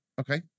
okay